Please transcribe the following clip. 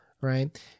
right